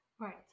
Right